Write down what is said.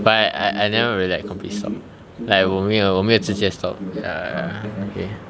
but I I I never really like complete stop like 我没有我没有直接 stop ya ya okay